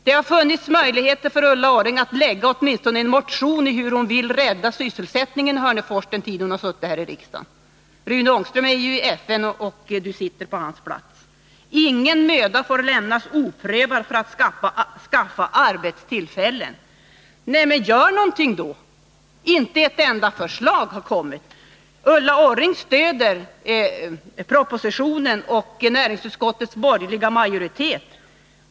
Det har funnits möjligheter för Ulla Orring att åtminstone väcka en motion om hur hon vill rädda sysselsättningen i Hörnefors. Rune Ångström är i FN, och hon sitter ju på hans plats i riksdagen. Ingen möda får lämnas oprövad för att skaffa arbetstillfällen. Men gör någonting då! — Det har inte kommit ett enda förslag. Ulla Orring stöder propositionen och näringsutskottets borgerliga majoritet.